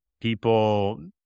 People